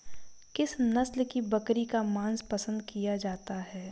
किस नस्ल की बकरी का मांस पसंद किया जाता है?